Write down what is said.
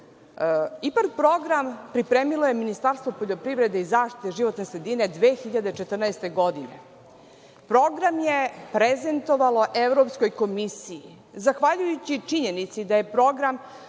IPARD program pripremilo je Ministarstvo poljoprivrede i zaštite životne sredine 2014. godine. Program je prezentovalo Evropskoj komisiji. Zahvaljujući činjenici da je program